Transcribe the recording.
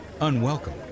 unwelcome